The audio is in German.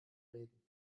reden